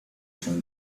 się